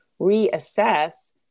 reassess